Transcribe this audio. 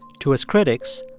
to his critics,